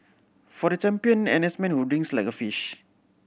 for the champion N S man who drinks like a fish